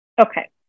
Okay